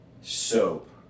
soap